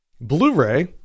blu-ray